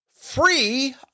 free